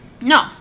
no